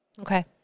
Okay